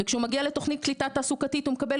וכשהוא מגיע לתוכנית קליטה תעסוקתית הוא מקבל